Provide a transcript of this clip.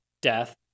death